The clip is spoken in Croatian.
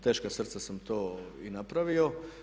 Teška srca sam to i napravio.